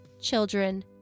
children